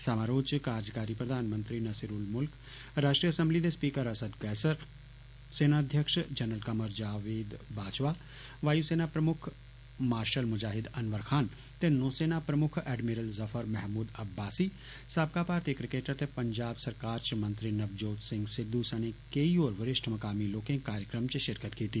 समारोह च कार्जकारी प्रधानमंत्री नसीरूल मुल्क राष्ट्रीय असैम्बली दे स्पीकर असद कैसर सेना अध्यक्ष जनरल कमर जावेद बाजवा वायु सेना प्रमुक्ख मार्शल मुजाहिद अनवर खान ते नौसेना प्रमुक्ख एडमिरल जफ्फर महमूद अब्बासी साबका भारतीय क्रिकेटर ते पंजाब सरकार च मंत्री नवजोत सिंह सिद्ध सने केंई होर वरिष्ठ मकामी लोकें कार्यक्रम च शिरकत कीती